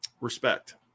Respect